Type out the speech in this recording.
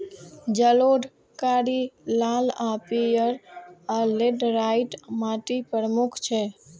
जलोढ़, कारी, लाल आ पीयर, आ लेटराइट माटि प्रमुख छै